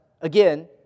again